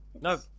no